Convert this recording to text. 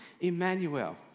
Emmanuel